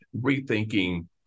rethinking